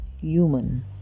human